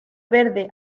verde